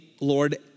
Lord